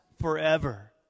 forever